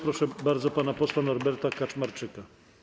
Proszę bardzo pana posła Norberta Kaczmarczyka.